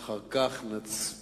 ואחר כך נצביע.